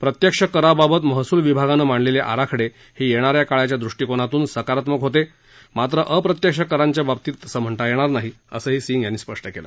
प्रत्यक्ष कराबाबत महसूल विभागानं मांडलेले आराखडे हे येणाऱ्या काळाच्या दृष्टिकोनातून सकारात्मक होते मात्र अप्रत्यक्ष करांच्या बाबतीत तसं म्हणता येणार नाही असंही सिंग यांनी सांगितलं